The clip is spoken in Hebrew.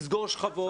לסגור שכבות.